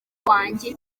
wanjye